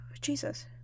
jesus